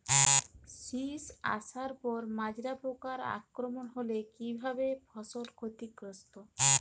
শীষ আসার পর মাজরা পোকার আক্রমণ হলে কী ভাবে ফসল ক্ষতিগ্রস্ত?